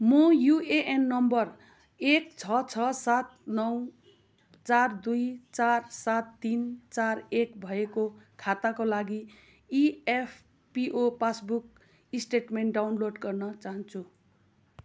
म UAN number एक छ छ सात नौ चार दुई चार सात तिन चार एक भएको खाताको लागि इएफपिओ पासबुक स्टेटमेन्ट डाउनलोड गर्न चाहन्छु